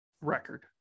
record